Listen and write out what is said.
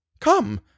Come